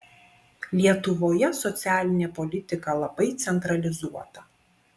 lietuvoje socialinė politika labai centralizuota